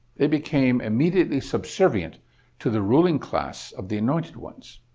they became immediately subservient to the ruling class of the anointed ones.